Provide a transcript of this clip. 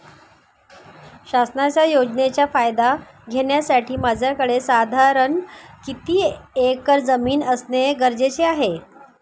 शासनाच्या योजनेचा फायदा घेण्यासाठी माझ्याकडे साधारण किती एकर जमीन असणे गरजेचे आहे?